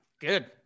Good